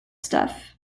stuff